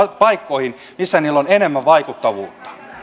paikkoihin missä niillä on enemmän vaikuttavuutta